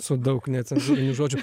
su daug necenzūrinių žodžių